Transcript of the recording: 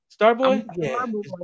Starboy